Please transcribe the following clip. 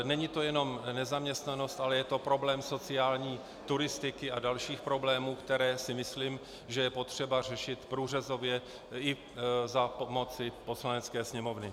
Není to jenom nezaměstnanost, ale je to problém sociální turistiky a dalších problémů, které si myslím, že je potřeba řešit průřezově i za pomoci Poslanecké sněmovny.